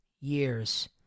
years